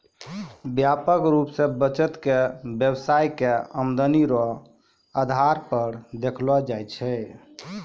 व्यापक रूप से बचत के व्यवसाय के आमदनी रो आधार पर देखलो जाय छै